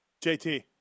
JT